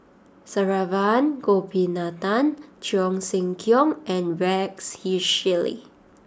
Saravanan Gopinathan Cheong Siew Keong and Rex Shelley